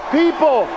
people